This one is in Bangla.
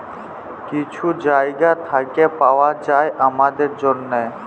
কিছু জায়গা থ্যাইকে পাউয়া যায় আমাদের জ্যনহে